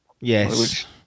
Yes